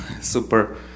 super